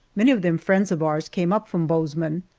many of them friends of ours, came up from bozeman,